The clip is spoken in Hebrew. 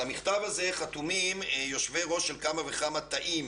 על המכתב הזה חתומים יושבי-ראש של כמה וכמה תאים